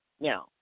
No